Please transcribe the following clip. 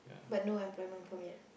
but no I'm yet